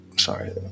Sorry